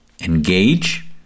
engage